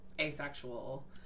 asexual